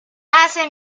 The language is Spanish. pase